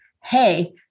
hey